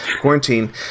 Quarantine